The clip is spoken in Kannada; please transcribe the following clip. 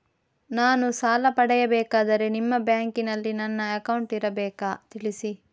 ನಾನು ಸಾಲ ಪಡೆಯಬೇಕಾದರೆ ನಿಮ್ಮ ಬ್ಯಾಂಕಿನಲ್ಲಿ ನನ್ನ ಅಕೌಂಟ್ ಇರಬೇಕಾ ತಿಳಿಸಿ?